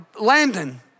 Landon